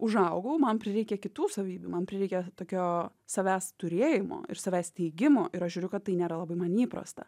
užaugau man prireikė kitų savybių man prireikė tokio savęs turėjimo ir savęs teigimo ir aš žiūriu kad tai nėra labai man įprasta